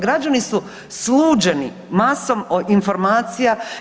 Građani su sluđeni masom informacija.